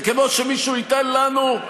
זה כמו שמישהו ייתן לנו,